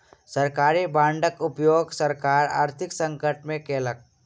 सरकारी बांडक उपयोग सरकार आर्थिक संकट में केलक